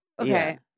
Okay